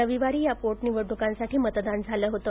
रविवारी या पोटनिवडणूकांसाठी मतदान झालं होतं